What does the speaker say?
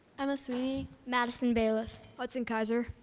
emma smee. madison bailiff. hudson kaiser.